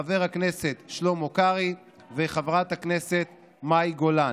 חבר הכנסת שלמה קרעי וחברת הכנסת מאי גולן,